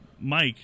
mike